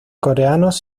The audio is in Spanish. coreanos